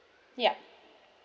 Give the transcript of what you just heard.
ya